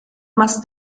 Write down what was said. más